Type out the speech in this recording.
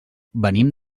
venim